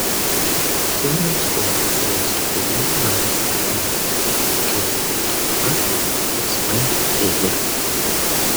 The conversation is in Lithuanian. kiaulėms buvo pasireiškę būdingi maro simptomai pakilusi temperatūra jos vangiai ėdė